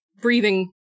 breathing